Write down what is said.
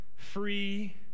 free